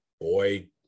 boy